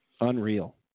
unreal